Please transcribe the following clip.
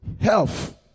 health